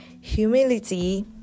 humility